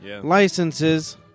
licenses